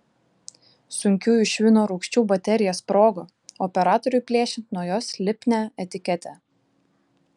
sunkiųjų švino rūgščių baterija sprogo operatoriui plėšiant nuo jos lipnią etiketę